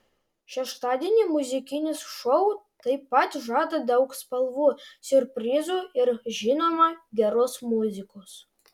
šeštadienį muzikinis šou taip pat žada daug spalvų siurprizų ir žinoma geros muzikos